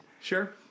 Sure